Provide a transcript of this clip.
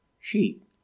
sheep